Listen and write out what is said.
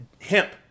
Hemp